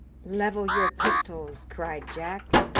level your pistols! cried jack,